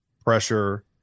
pressure